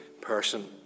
person